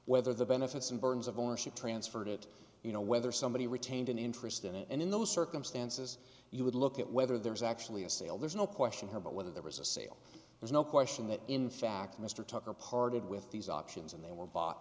whether the benefits and burdens of ownership transferred it you know whether somebody retained an interest in it and in those circumstances you would look at whether there's actually a sale there's no question here about whether there was a sale there's no question that in fact mr tucker parted with these options and they were bought